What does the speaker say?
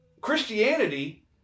Christianity